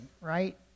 right